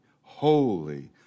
holy